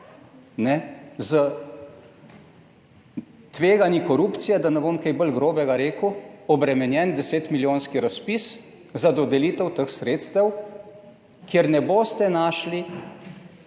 s tveganji korupcije, da ne bom kaj bolj grobega rekel, obremenjen 10 milijonski razpis za dodelitev teh sredstev, kjer ne boste našli